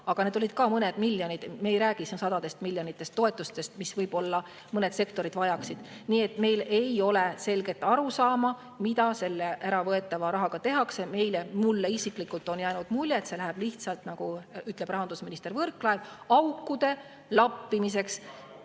aga need olid ka mõned miljonid. Me ei räägi siin sadade miljonite ulatuses toetustest, mida võib-olla mõned sektorid vajaksid. Nii et meil ei ole selget arusaama, mida selle äravõetava rahaga tehakse. Mulle isiklikult on jäänud mulje, et see läheb lihtsalt, nagu ütleb rahandusminister Võrklaev, aukude lappimiseks